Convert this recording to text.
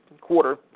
quarter